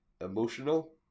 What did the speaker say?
emotional